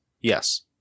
Yes